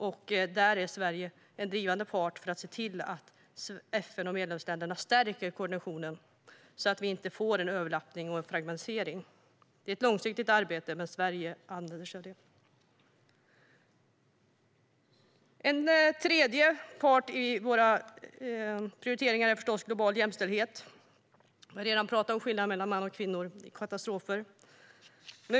Sverige är en drivande part för att se till att FN och medlemsländerna stärker koordinationen, så att vi inte får en överlappning och en fragmentisering. Det är ett långsiktigt arbete, men Sverige använder sig av detta. En tredje del i våra prioriteringar handlar om global jämställdhet. Vi har redan talat om skillnaden mellan män och kvinnor i katastrofer.